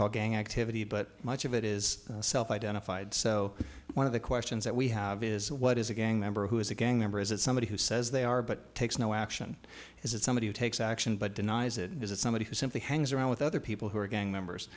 call gang activity but much of it is self identified so one of the questions that we have is what is a gang member who is a gang member is it somebody who says they are but takes no action is it somebody who takes action but denies it is it somebody who simply hangs around with other people who are gang members